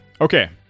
okay